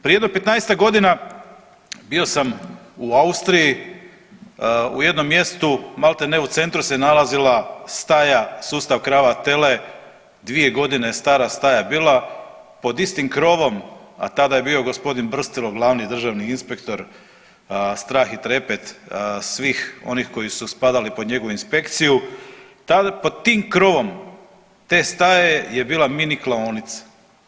Prije jedno 15-ak godina bio sam u Austriji maltene u centru se nalazila staja sustav krava, tele, 2 godine stara staja je bila, pod istim krovom, a tada je bio gospodin Brstilo glavni državni inspektor, strah i trepet svih onih koji su spadali pod njegovu inspekciju, tada pod tim krovom te staje je bila mini klaonica.